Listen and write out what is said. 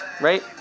right